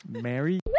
Mary